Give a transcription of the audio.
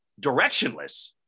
directionless